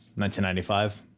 1995